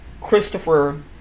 Christopher